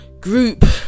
group